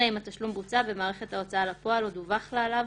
אלא אם התשלום בוצע במערכת ההוצאה לפועל או דווח לה עליו